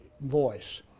voice